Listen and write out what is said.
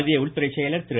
மத்திய உள்துறை செயலர் திரு